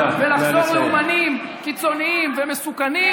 ולחזור לאומנים קיצונים ומסוכנים